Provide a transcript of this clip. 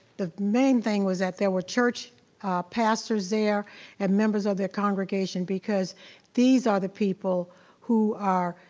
the main thing was that there were church pastors there and members of their congregation, because these are the people who are,